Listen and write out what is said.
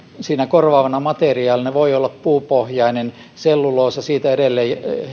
korvaavana materiaalina voi olla puupohjainen selluloosa siitä edelleen